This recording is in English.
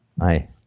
Hi